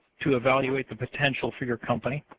to evaluate the potential for your company.